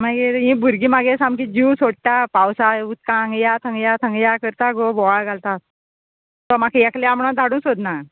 मागीर यी भुरगीं मागेल सामकी जीव सोडटा पावसां उदकां या हांग या थंग या थंग या करता गो बोवाल घालता तो म्हाका एकल्या म्हूण धाडू सोदना